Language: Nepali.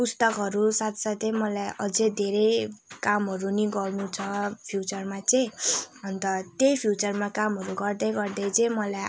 पुस्तकहरू साथसाथै मलाई अझै धेरै कामहरू पनि गर्नु छ फ्युचरमा चाहिँ अन्त त्यही फ्युचरमा कामहरू गर्दै गर्दै चाहिँ मलाई